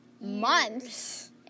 months